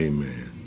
Amen